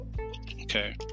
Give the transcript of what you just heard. okay